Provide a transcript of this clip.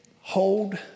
hold